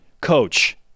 Coach